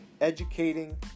educating